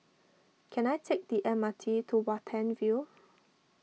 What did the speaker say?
can I take the M R T to Watten View